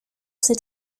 ses